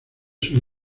sus